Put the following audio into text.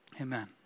amen